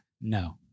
no